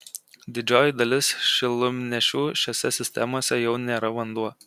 didžioji dalis šilumnešių šiose sistemose jau nėra vanduo